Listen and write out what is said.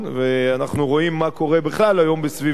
ואנחנו רואים מה קורה בכלל היום מסביבנו,